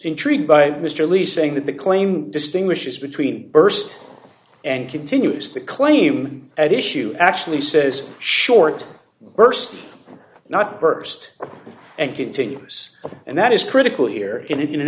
intrigued by mr leasing that the claim distinguishes between erst and continues the claim at issue actually says short burst not burst and continues and that is critical here in an